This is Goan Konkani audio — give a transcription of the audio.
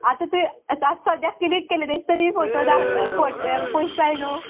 आत ते आत सद्द्याक क्लीक केले तेच तरी फोटो धाड पड पयश जाय न्हू